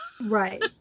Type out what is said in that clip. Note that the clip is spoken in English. Right